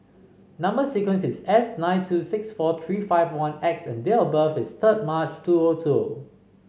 number sequence is S nine two six four three five one X and date of birth is third March two O two